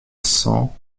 cent